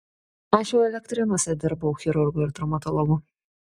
aš jau elektrėnuose dirbau chirurgu ir traumatologu